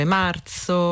marzo